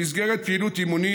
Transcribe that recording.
במסגרת פעילות אימונים,